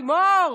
לימור,